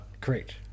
correct